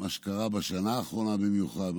מה שקרה בשנה האחרונה במיוחד,